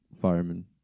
Fireman